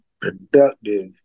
productive